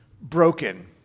broken